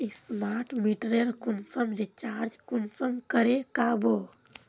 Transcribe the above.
Smart मीटरेर कुंसम recharge कुंसम करे का बो?